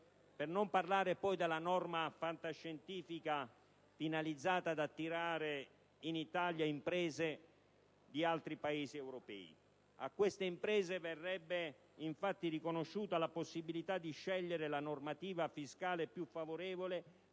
Per non parlare poi della norma fantascientifica finalizzata ad attirare in Italia imprese di altri Paesi europei. A queste imprese verrebbe, infatti, riconosciuta la possibilità di scegliere la normativa fiscale più favorevole